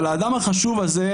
אבל האדם החשוב הזה,